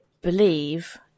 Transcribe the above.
believe